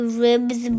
ribs